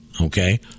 Okay